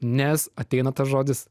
nes ateina tas žodis